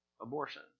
abortion